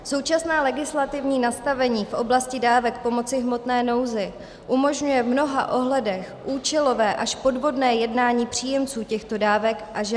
Současné legislativní nastavení v oblasti dávek pomoci v hmotné nouzi umožňuje v mnoha ohledech účelové až podvodné jednání příjemců těchto dávek a žadatelů o ně.